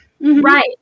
right